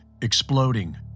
exploding